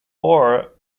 ore